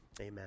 amen